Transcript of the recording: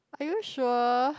are you sure